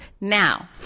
Now